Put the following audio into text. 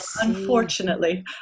unfortunately